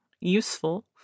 useful